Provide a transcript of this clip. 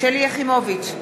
שלי יחימוביץ,